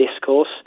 discourse